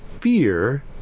fear